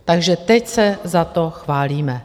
Takže teď se za to chválíme.